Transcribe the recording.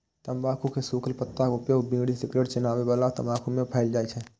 तंबाकू के सूखल पत्ताक उपयोग बीड़ी, सिगरेट, चिबाबै बला तंबाकू मे कैल जाइ छै